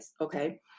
okay